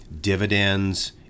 dividends